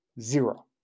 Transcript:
Zero